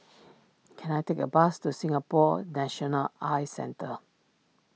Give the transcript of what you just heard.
can I take a bus to Singapore National Eye Centre